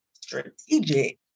strategic